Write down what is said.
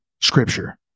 scripture